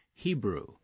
Hebrew